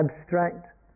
abstract